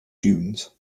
dunes